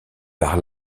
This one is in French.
par